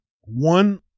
one